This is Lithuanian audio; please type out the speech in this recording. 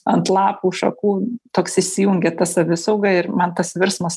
ant lapų šakų toks įsijungia ta savisauga ir man tas virsmas